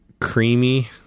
creamy